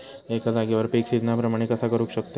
एका जाग्यार पीक सिजना प्रमाणे कसा करुक शकतय?